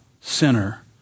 sinner